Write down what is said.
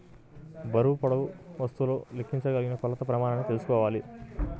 బరువు, పొడవు ద్వారా వస్తువులను లెక్కించగలిగిన కొలత ప్రమాణాన్ని తెల్సుకోవాలి